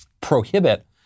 prohibit